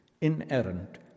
inerrant